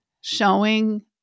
showing